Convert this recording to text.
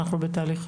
אנחנו בתהליך.